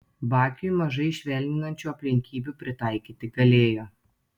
bakiui mažai švelninančių aplinkybių pritaikyti galėjo